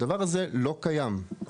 הדבר הזה לא קיים.